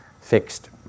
fixed